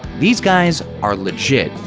these guys are legit,